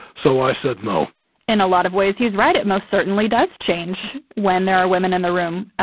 so i said no and a lot of ways he was right. it most certainly does change when there are women in the room.